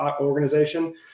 organization